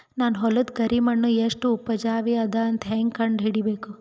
ನನ್ನ ಹೊಲದ ಕರಿ ಮಣ್ಣು ಎಷ್ಟು ಉಪಜಾವಿ ಅದ ಅಂತ ಹೇಂಗ ಕಂಡ ಹಿಡಿಬೇಕು?